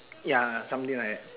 ya something like that